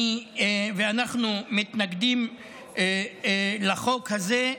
אני ואנחנו מתנגדים לחוק הזה,